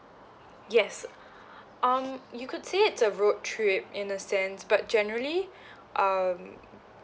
yes um you could say it's a road trip in a sense but generally um